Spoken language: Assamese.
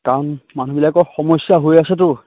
কাৰণ মানুহবিলাকৰ সমস্যা হৈ আছেতো